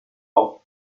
auf